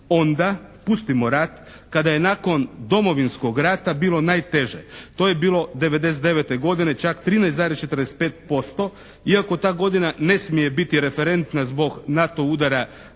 onda, pustimo rat, kada je nakon Domovinskog rata bilo najteže. To je bilo '99. godine, čak 13,45%, iako ta godina ne smije biti referentna zbog NATO udara